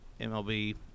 MLB